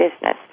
business